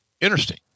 interesting